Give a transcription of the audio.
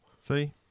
see